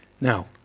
Now